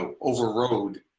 overrode